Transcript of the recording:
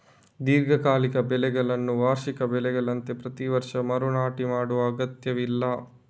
ದೀರ್ಘಕಾಲಿಕ ಬೆಳೆಗಳನ್ನ ವಾರ್ಷಿಕ ಬೆಳೆಗಳಂತೆ ಪ್ರತಿ ವರ್ಷ ಮರು ನಾಟಿ ಮಾಡುವ ಅಗತ್ಯವಿಲ್ಲ